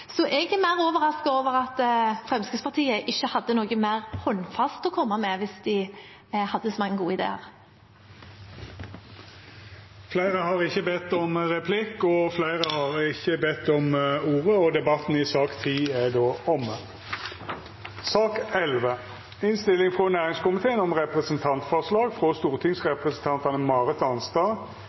Jeg er mer overrasket over at Fremskrittspartiet ikke hadde noe mer håndfast å komme med, hvis de hadde så mange gode ideer. Replikkordskiftet er omme. Fleire har ikkje bedt om ordet til sak nr. 10. Etter ønske frå næringskomiteen vil presidenten ordna debatten